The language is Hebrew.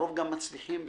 הרוב גם מצליחים בזה,